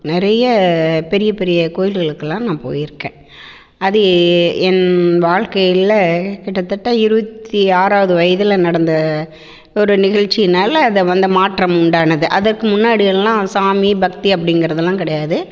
நிறைய பெரிய பெரிய கோயில்களுக்குலாம் நான் போயிருக்கேன் அது என் வாழ்க்கையில் கிட்டத்தட்ட இருபத்தி ஆறாவது வயதில் நடந்த ஒரு நிகழ்ச்சியினால் அதை வந்த மாற்றம் உண்டானது அதற்கு முன்னாடியெல்லாம் சாமி பக்தி அப்படிங்கிறதெல்லாம் கிடையாது